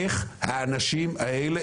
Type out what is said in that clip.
איך האנשים האלה,